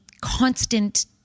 constant